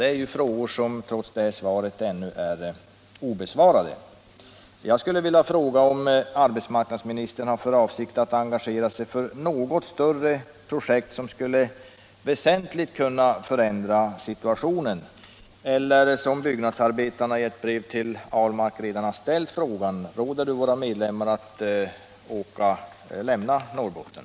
Det är frågor som trots vad herr Ahlmark nu sagt är obesvarade. Jag skulle vilja fråga om arbetsmarknadsministern har för avsikt att engagera sig för något större projekt, som väsentligt skulle kunna förändra situationen. Annars måste jag, som byggnadsarbetarna i ett brev till herr Ahlmark redan gjort, ställa frågan: Råder du våra medlemmar att lämna Norrbotten?